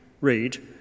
read